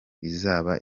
izaba